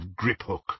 Griphook